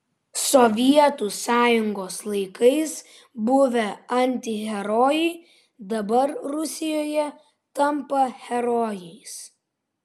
sovietų sąjungos laikais buvę antiherojai dabar rusijoje tampa herojais